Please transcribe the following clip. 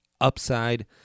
upside